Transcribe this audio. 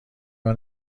منو